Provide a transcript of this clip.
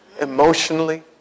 Emotionally